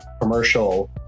commercial